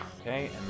Okay